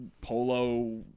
polo